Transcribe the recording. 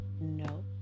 No